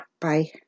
Bye